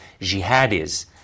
jihadis